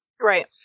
Right